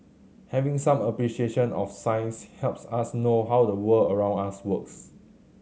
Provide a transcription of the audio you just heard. having some appreciation of science helps us know how the world around us works